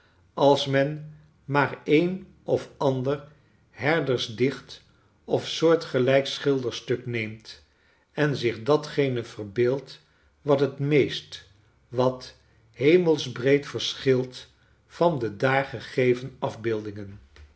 als men maar een of ander herdersdicht of soortgelijk schilderstuk neemt en zich datgene verbeeld wat het meest wat hemelsbreed verschilt van de daar gegeven afbeeldingen